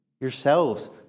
yourselves